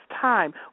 time